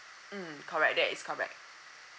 mm correct that is correct